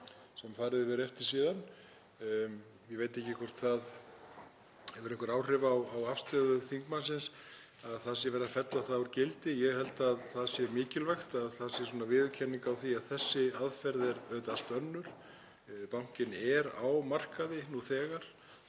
sem farið hefur verið eftir síðan. Ég veit ekki hvort það hefur einhver áhrif á afstöðu þingmannsins að það sé verið að fella það úr gildi. Ég held að það sé mikilvægt að það sé svona viðurkenning á því að þessi aðferð er auðvitað allt önnur. Bankinn er á markaði nú þegar.